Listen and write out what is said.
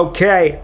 Okay